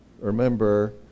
remember